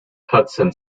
hudson